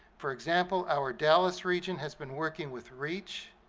for example, our dallas region has been working with reach,